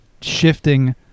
shifting